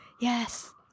Yes